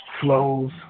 flows